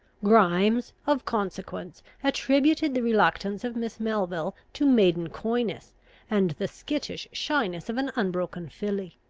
grimes, of consequence, attributed the reluctance of miss melville to maiden coyness, and the skittish shyness of an unbroken filly.